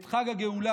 את חג הגאולה,